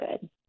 good